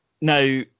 Now